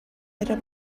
эрэ